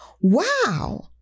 wow